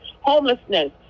homelessness